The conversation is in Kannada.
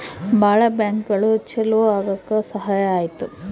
ಭಾಳ ಬ್ಯಾಂಕ್ಗಳು ಚಾಲೂ ಆಗಕ್ ಸಹಾಯ ಆಯ್ತು